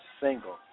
single